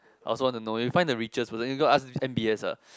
I also want to know you find the richest person you go ask m_b_s ah